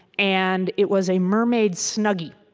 and it was a mermaid snuggie.